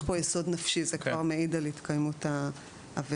יסוד נפשי זה כבר מעיד על התקיימות העברה.